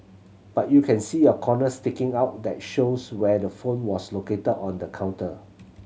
but you can see a corner sticking out that shows where the phone was located on the counter